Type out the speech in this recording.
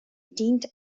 dient